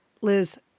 Liz